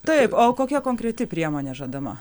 taip o kokia konkreti priemonė žadama